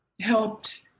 helped